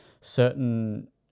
certain